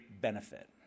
benefit